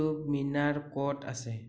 কুটুব মিনাৰ ক'ত আছে